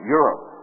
Europe